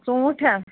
ژوٗنٹھۍ ہہ